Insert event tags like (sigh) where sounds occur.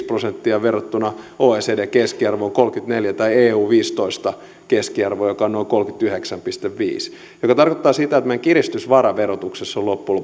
(unintelligible) prosenttia verrattuna oecdn keskiarvoon joka on kolmekymmentäneljä tai eu viisitoista keskiarvoon joka on noin kolmekymmentäyhdeksän pilkku viisi tämä tarkoittaa sitä että meidän kiristysvaramme verotuksessa on loppujen (unintelligible)